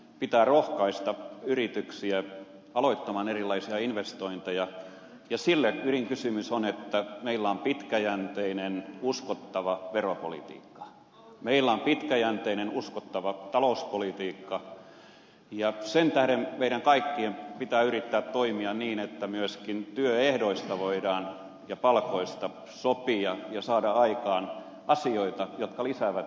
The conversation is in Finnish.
pitää rohkaista yrityksiä aloittamaan erilaisia investointeja ja sille ydinkysymys on että meillä on pitkäjänteinen uskottava veropolitiikka meillä on pitkäjänteinen uskottava talouspolitiikka ja sen tähden meidän kaikkien pitää yrittää toimia niin että myöskin työehdoista ja palkoista voidaan sopia ja saada aikaan asioita jotka lisäävät tuottavuutta